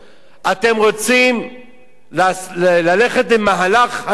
אתם רוצים ללכת למהלך הזוי.